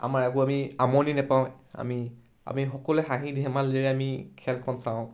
আমাৰ একো আমি আমনি নাপাওঁ আমি আমি সকলোৱে হাঁহি ধেমালিৰে আমি খেলখন চাওঁ